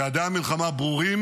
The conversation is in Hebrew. יעדי המלחמה ברורים